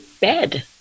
bed